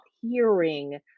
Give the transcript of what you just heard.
hearing